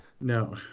No